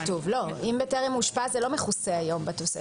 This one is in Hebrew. אם בטרם אושפז זה לא מכוסה היום בתוספת.